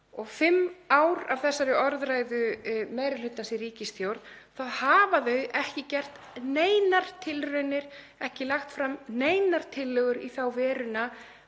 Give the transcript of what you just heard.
og fimm ár af þessari orðræðu meiri hlutans í ríkisstjórn þá hafa þau ekki gert neinar tilraunir, ekki lagt fram neinar tillögur í þá veruna